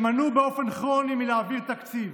שמנעו באופן כרוני העברת תקציב,